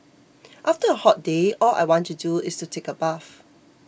after a hot day all I want to do is take a bath